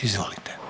Izvolite.